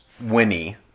Winnie